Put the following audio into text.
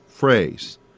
phrase